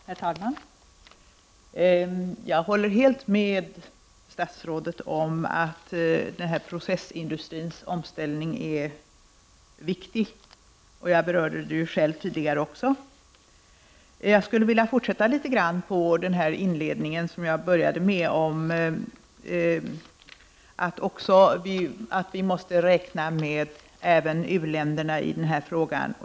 Herr talman! Jag håller helt med statsrådet om att processindustrins omställning är viktig, vilket jag själv berörde tidigare. Jag skulle vilja fortsätta på det jag sade i min inledning: att vi måste räkna med även u-länderna i denna fråga.